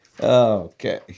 Okay